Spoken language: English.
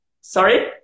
Sorry